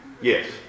Yes